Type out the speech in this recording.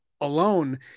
alone